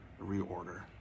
reorder